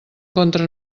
contra